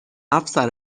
افسر